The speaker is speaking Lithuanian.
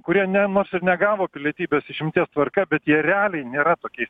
kurie ne nors ir negavo pilietybės išimties tvarka bet jie realiai nėra tokie